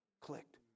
Clicked